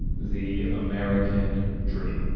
the american dream